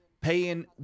paying